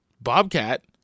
Bobcat